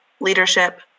leadership